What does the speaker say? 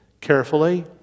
carefully